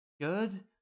good